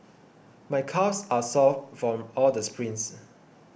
my calves are sore from all the sprints